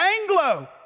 anglo